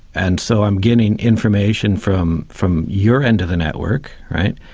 and so i'm gaining information from from your end of the network, right?